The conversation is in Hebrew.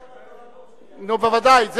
בוודאי,